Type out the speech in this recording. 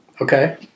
Okay